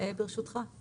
אני מירי רייס,